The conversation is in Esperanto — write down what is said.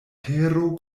tero